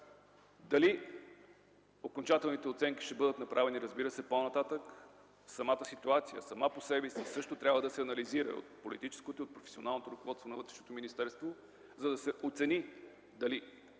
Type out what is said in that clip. а окончателните оценки ще бъдат направени по-нататък. Самата ситуация сама по себе си също трябва да се анализира от политическото и професионалното ръководство на Вътрешното министерство, за да се оцени дали